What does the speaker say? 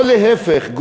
או להפך,